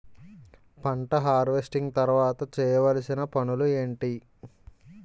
పంట హార్వెస్టింగ్ తర్వాత చేయవలసిన పనులు ఏంటి?